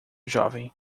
jovem